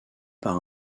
par